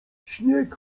śnieg